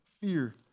fear